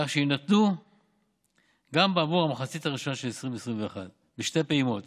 כך שיינתנו גם בעבור המחצית הראשונה של 2021 בשתי פעימות